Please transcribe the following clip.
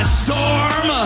storm